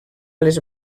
les